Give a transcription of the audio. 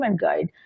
Guide